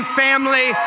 family